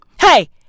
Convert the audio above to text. Hey